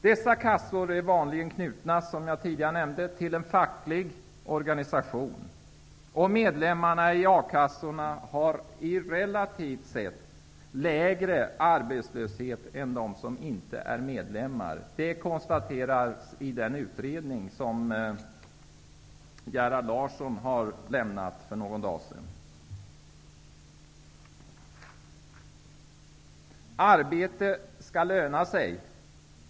Dessa kassor är vanligen knutna, som jag tidigare nämnde, till en facklig organisation. Arbetslösheten för medlemmarna i akassorna är relativt sett lägre än för dem som inte är medlemmar. Det konstateras i den utredning som Gerhard Larsson har lagt fram för någon dag sedan. Arbete skall löna sig.